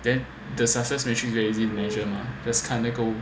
then the success actually very easy to measure mah just 看那个